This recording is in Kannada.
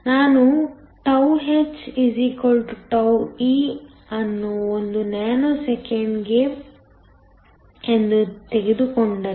ನಾನು τh τe ಅನ್ನು ಒಂದು ನ್ಯಾನೊಸೆಕೆಂಡ್ ಎಂದು ತೆಗೆದುಕೊಂಡರೆ